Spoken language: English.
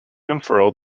unfurled